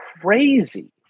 crazy